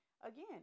again